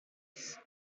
ace